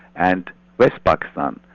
and west pakistan,